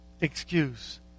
excuse